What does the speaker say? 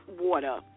water